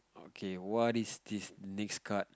okay what is this next card